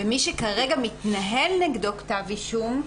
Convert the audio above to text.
מי שכרגע מתנהל נגדו כתב אישום,